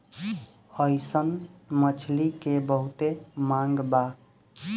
अइसन मछली के बहुते मांग बा